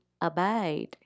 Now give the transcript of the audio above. abide